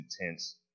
intense